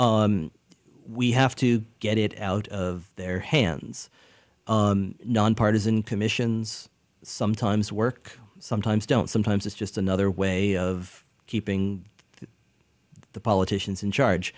we have to get it out of their hands nonpartisan commissions sometimes work sometimes don't sometimes it's just another way of keeping the politicians in charge